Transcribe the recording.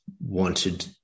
wanted